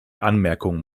anmerkungen